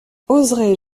oserais